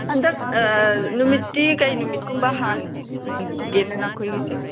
ꯍꯟꯗꯛ ꯅꯨꯃꯤꯠꯇꯤ ꯀꯩ ꯅꯨꯃꯤꯠ ꯀꯨꯝꯕ ꯍꯥꯡꯒꯦꯅ ꯅꯈꯣꯏꯒꯤꯁꯦ